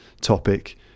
topic